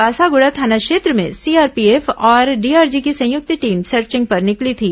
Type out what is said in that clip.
बासागुड़ा थाना क्षेत्र में सीआरपीएफ और डीआरजी की संयुक्त टीम सर्थिंग पर निकली थी